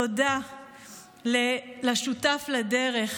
תודה לשותף לדרך,